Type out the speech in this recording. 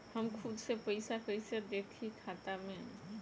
हम खुद से पइसा कईसे देखी खाता में?